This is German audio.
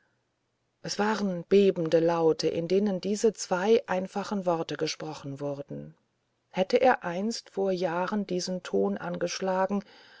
es waren bebende laute in denen diese zwei einfachen worte gesprochen wurden hätte er einst vor jahren diesen ton angeschlagen